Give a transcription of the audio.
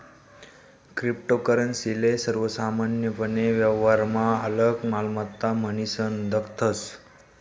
cryptocurrency ले सर्वसामान्यपने व्यवहारमा आलक मालमत्ता म्हनीसन दखतस